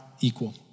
equal